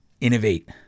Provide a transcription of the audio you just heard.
Innovate